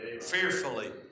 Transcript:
fearfully